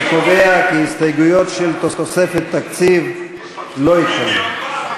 אני קובע כי ההסתייגויות של תוספת תקציב לא התקבלו.